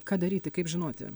ką daryti kaip žinoti